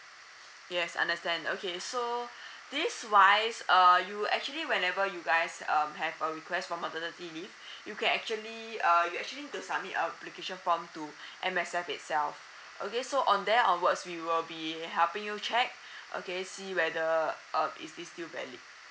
yes understand okay so this wise uh you actually whenever you guys um have a request for maternity leave you can actually uh you actually need to submit an application form to M_S_F itself okay so on there onwards we will be helping you check okay see whether uh is this still valid